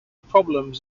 problems